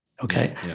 Okay